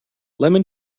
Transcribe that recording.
lemon